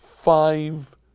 five